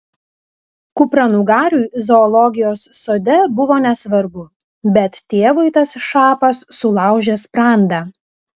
kupranugariui zoologijos sode buvo nesvarbu bet tėvui tas šapas sulaužė sprandą